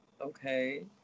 Okay